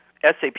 SAP